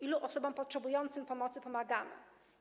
Ilu osobom potrzebującym pomocy pomagamy?